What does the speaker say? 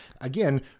again